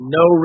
no